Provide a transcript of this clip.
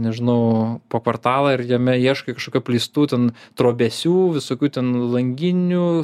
nežinau po kvartalą ir jame ieškai kažkokių apleistų ten trobesių visokių ten langinių